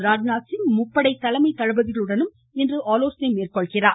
ராஜ்நாத் சிங் முப்படை தலைமை தளபதிகளுடனும் ஆலோசனை மேற்கொண்டார்